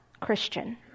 Christian